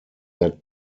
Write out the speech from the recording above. that